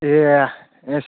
ꯑꯦ ꯑꯁ